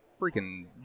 freaking